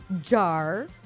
Jar